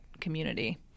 community